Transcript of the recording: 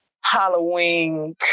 Halloween